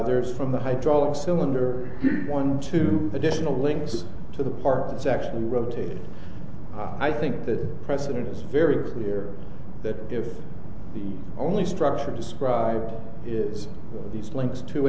there is from the hydraulic cylinder one to additional links to the parts actually rotated i think the president is very clear that if the only structure described is these links to